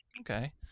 okay